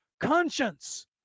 conscience